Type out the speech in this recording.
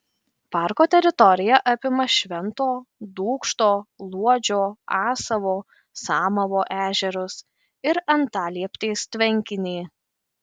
parko teritorija apima švento dūkšto luodžio asavo samavo ežerus ir antalieptės tvenkinį